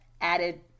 added